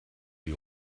die